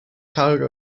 cargo